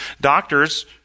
Doctors